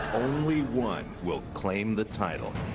only one will claim the title.